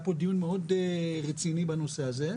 פה דיון מאוד רציני בנושא הזה.